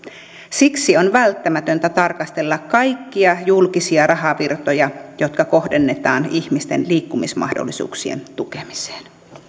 siksi on välttämätöntä tarkastella kaikkia julkisia rahavirtoja jotka kohdennetaan ihmisten liikkumismahdollisuuksien tukemiseen